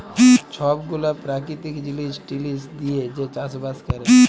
ছব গুলা পেরাকিতিক জিলিস টিলিস দিঁয়ে যে চাষ বাস ক্যরে